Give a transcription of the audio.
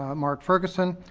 um mark ferguson,